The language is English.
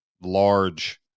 large